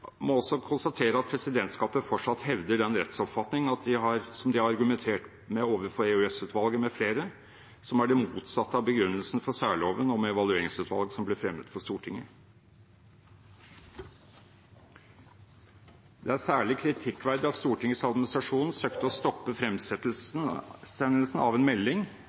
må også konstatere at presidentskapet fortsatt hevder den rettsoppfatning som de har argumentert med overfor EOS-utvalget med flere, som er det motsatte av begrunnelsen for særloven om Evalueringsutvalget, som ble fremmet for Stortinget. Det er særlig kritikkverdig at Stortingets administrasjon søkte å stoppe fremsendelsen av en melding